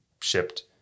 shipped